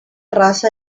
raza